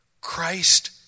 Christ